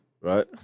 right